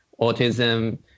autism